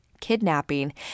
kidnapping